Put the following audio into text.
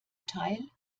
teil